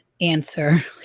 answer